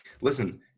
listen